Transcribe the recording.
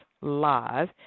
live